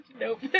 Nope